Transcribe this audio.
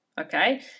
okay